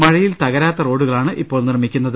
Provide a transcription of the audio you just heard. മഴയിൽ തകരാത്ത റോഡുകളാണ് ഇപ്പോൾ നിർമിക്കുന്നത്